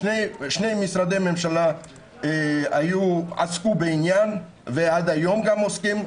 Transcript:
שני משרדי ממשלה עסקו בעניין ועד היום גם עוסקים.